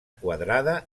quadrada